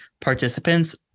participants